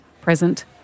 present